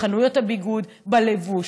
בחנויות הביגוד, בלבוש.